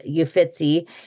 Uffizi